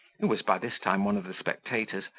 who was by this time one of the spectators,